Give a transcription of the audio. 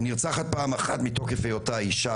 היא נרצחת פעם אחת מתוקף היותה אישה